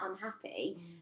unhappy